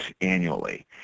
annually